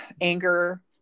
anger